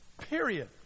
Period